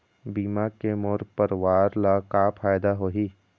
बीमा के मोर परवार ला का फायदा होही?